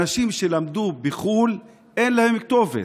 אנשים שלמדו בחו"ל, אין להם כתובת,